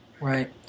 Right